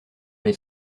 les